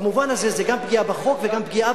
במובן הזה זה גם פגיעה בחוק וגם פגיעה